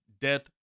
death